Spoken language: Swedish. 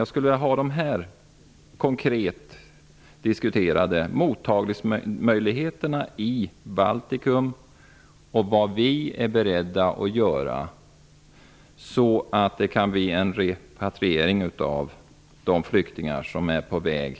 Jag skulle vilja att vi konkret diskuterade mottagningsmöjligheterna i Baltikum och vad vi är beredda att göra för att de flyktingar som är på väg skall kunna repatrieras.